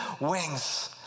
wings